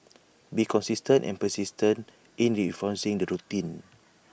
be consistent and persistent in reinforcing the routine